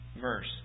Verse